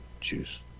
juice